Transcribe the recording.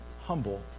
humble